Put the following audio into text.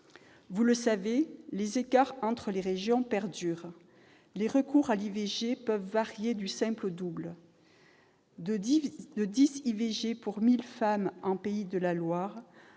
collègues, les écarts entre les régions perdurent. Les recours à l'IVG peuvent varier du simple au double : 10 IVG pour 1 000 femmes en Pays de la Loire,